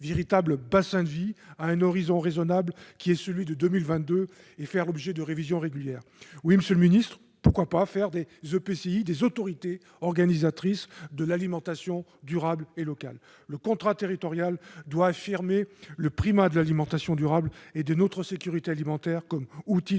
véritables bassins de vie, à un horizon raisonnable, 2022. Ils doivent aussi faire l'objet de révisions régulières. Monsieur le ministre, pourquoi ne pas faire des EPCI des autorités organisatrices de l'alimentation durable et locale ? Le contrat territorial doit affirmer le primat de l'alimentation durable et de notre sécurité alimentaire comme outil de développement